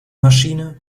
maschine